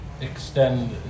extend